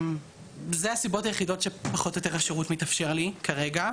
וזה הסיבות היחידות שפחות או יותר השירות מתאפשר לי כרגע.